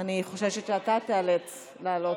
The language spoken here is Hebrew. אני חוששת שאתה תיאלץ לעלות,